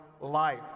life